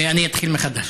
אני אתחיל מחדש.